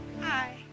Hi